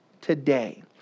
today